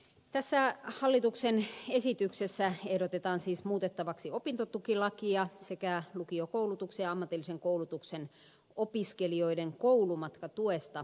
tässä hallituksen esityksessä ehdotetaan siis muutettavaksi opintotukilakia sekä lukiokoulutuksen ja ammatillisen koulutuksen opiskelijoiden koulumatkatuesta annettua lakia